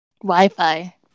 Wi-Fi